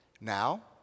Now